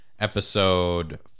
episode